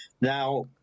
Now